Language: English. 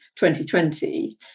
2020